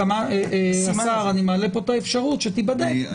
אני מעלה את האפשרות שתיבדק,